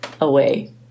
away